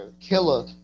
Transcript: killer